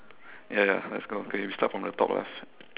ya ya let's go okay we start from the top lah